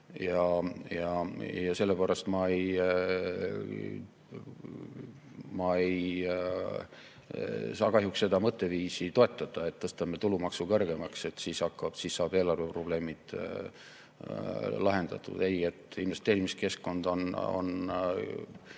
Ja sellepärast ma ei saa kahjuks toetada seda mõtteviisi, et tõstame tulumaksu kõrgemaks, siis saab eelarveprobleemid lahendatud. Ei, investeerimiskeskkond on